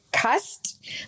Cust